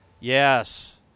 yes